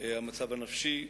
המצב הנפשי,